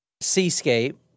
Seascape